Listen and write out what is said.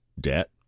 Debt